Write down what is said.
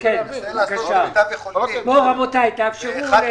רבותיי, תאפשרו.